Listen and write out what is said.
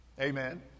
Amen